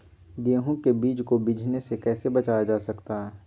गेंहू के बीज को बिझने से कैसे बचाया जा सकता है?